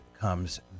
comes